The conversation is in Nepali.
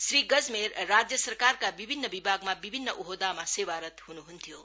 श्री गजमेरले सरकारका विभिन्न विभागमा विभिन्न ओहोदामा सेवारत ह्न्ह्न्थ्यो